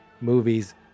movies